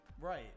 Right